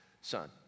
son